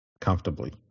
comfortably